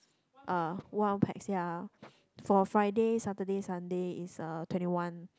uh one pax ya for Friday Saturday Sunday it's uh twenty one